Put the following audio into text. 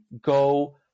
go